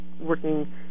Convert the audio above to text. working